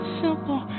simple